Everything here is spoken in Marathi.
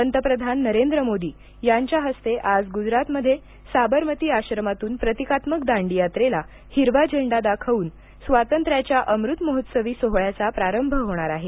पंतप्रधान नरेंद्र मोदी यांच्या हस्ते आज ग्जरातमध्ये साबरमती आश्रमातून प्रतिकात्मक दांडीयात्रेला हिरवा झेंडा दाखवून स्वातंत्र्याच्या अमृत महोत्सवी सोहळ्याचा प्रारंभ होणार आहे